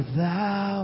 thou